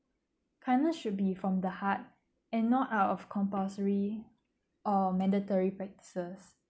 kindness should be from the heart and not out of compulsory or mandatory practices